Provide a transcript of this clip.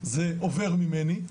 זה עובר ממני,